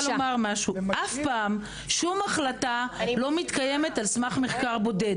אף פעם, שום החלטה לא נעשית על סמך מחקר בודד.